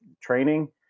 training